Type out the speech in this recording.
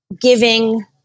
giving